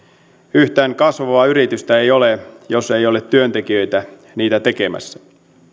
yhtään kasvavaa yritystä ei ole jos ei ole työntekijöitä niitä tekemässä